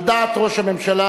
על דעת ראש הממשלה,